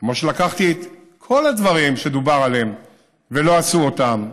כמו שלקחתי את כל הדברים שדובר עליהם ולא עשו אותם,